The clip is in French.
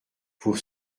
pour